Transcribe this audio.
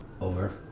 over